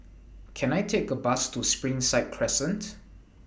Can I Take A Bus to Springside Crescent